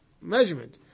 measurement